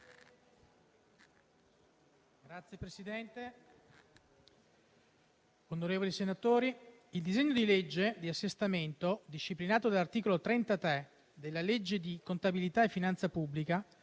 senatori, il disegno di legge di assestamento, disciplinato dall'articolo 33 della legge di contabilità e finanza pubblica,